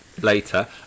later